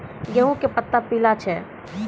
गेहूँ के पत्ता पीला छै?